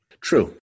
True